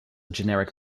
generic